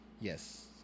Yes